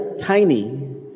tiny